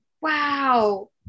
wow